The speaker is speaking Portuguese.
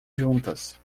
juntas